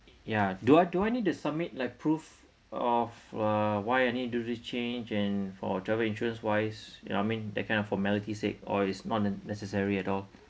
ya do I do I need to submit like proof of uh why I need to do this change and for travel insurance wise I mean that kind of formality sake or it's not an necessary at all